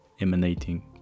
emanating